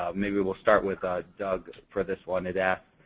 maybe we'll start with ah doug for this one. it asks